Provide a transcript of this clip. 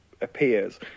appears